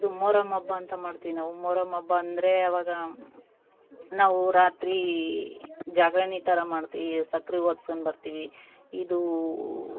ಇದು ಮೊರಮ್ ಹಬ್ಬ ಅಂತ ಮಾಡ್ತೀವಿ ನಾವು ಮೊರಮ್ ಹಬ್ಬ ಅಂದರೆ ಆವಾಗ ನಾವು ರಾತ್ರಿ ಜಾಗರ್ಣೆ ಥರ ಮಾಡ್ತೀವಿ ಈ ಸಕ್ಕರೆ ವಾಕ್ಸ್ ಅಂತ ಬರ್ತಿವಿ ಇದು